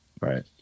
Right